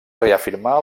reafirmar